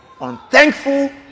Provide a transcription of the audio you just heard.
unthankful